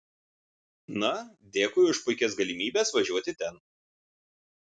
na dėkui už puikias galimybės važiuoti ten